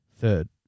third